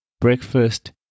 breakfast